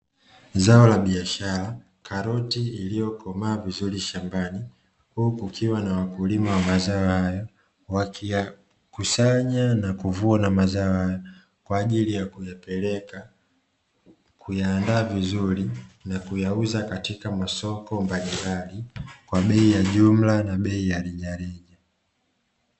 Zao la biashara karoti iliyokomaa vizuri shambani huku ukiwa na wakulima wa mazao haya wakia kusanya na kuvua na mazao kwa ajili ya kuyapeleka kuyaandaa vizuri na kuyauza katika masoko mbalimbali.